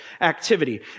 activity